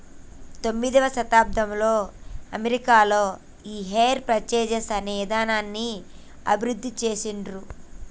పంతొమ్మిదవ శతాబ్దంలో అమెరికాలో ఈ హైర్ పర్చేస్ అనే ఇదానాన్ని అభివృద్ధి చేసిండ్రు